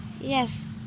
Yes